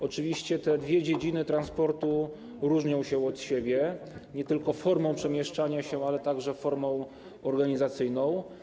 Oczywiście te dwie dziedziny transportu różnią się od siebie nie tylko formą przemieszczania się, ale także formą organizacyjną.